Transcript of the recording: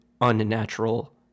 unnatural